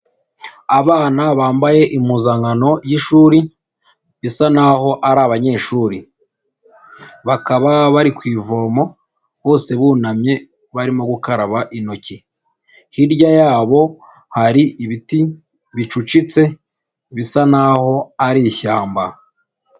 Abana bambaye impuzankano y'ishuri bisa naho ari abanyeshuri, bakaba bari ku ivomo bose bunamye barimo gukaraba intoki, hirya yabo hari ibiti bicucitse bisa naho ari ishyamba.